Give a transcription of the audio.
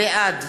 בעד